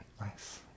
Nice